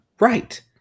Right